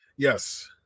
yes